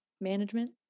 management